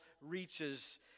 reaches